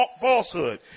falsehood